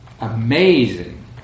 amazing